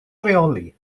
rheoli